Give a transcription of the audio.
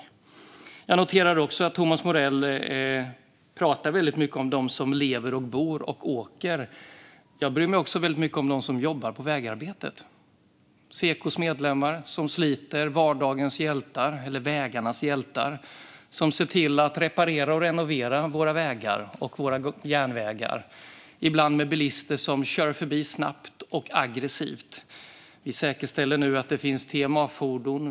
Jag noterar att Thomas Morell pratar väldigt mycket om dem som lever och bor nära vägen och åker på den. Jag bryr mig också väldigt mycket om dem som jobbar på vägarbetet: Sekos medlemmar som sliter, vardagens hjältar - eller vägarnas hjältar - som ser till att reparera och renovera våra vägar och våra järnvägar, ibland med bilister som kör förbi snabbt och aggressivt. Vi säkerställer nu att det finns TMA-fordon.